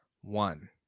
one